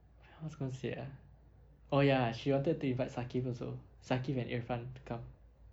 oh what was I going to say ah oh ya she wanted to invite syakif also syakif and irfan to come